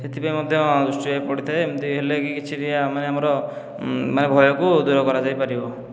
ଏଥିପାଇଁ ମଧ୍ୟ ଉତ୍ସବ ବି ପଡ଼ିଥାଏ ଏମିତି ହେଲେ କି କିଛି ଟିକେ ମାନେ ଆମର ମାନେ ଭୟକୁ ଦୂର କରାଯାଇ ପାରିବ